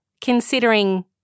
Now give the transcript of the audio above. considering